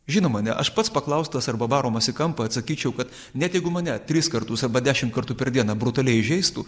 žinoma ne aš pats paklaustas arba varomas į kampą atsakyčiau kad net jeigu mane tris kartus arba dešimt kartų per dieną brutaliai įžeistų